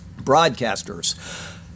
broadcasters